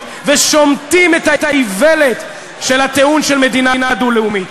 ושומטים את האיוולת של הטיעון של מדינה דו-לאומית.